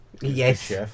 Yes